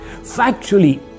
Factually